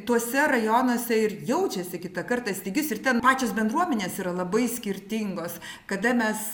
tuose rajonuose ir jaučiasi kitą kartą stygius ir ten pačios bendruomenės yra labai skirtingos kada mes